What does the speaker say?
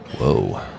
Whoa